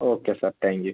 okay sir thank you